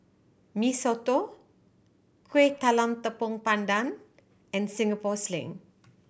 Mee Soto Kuih Talam Tepong Pandan and Singapore Sling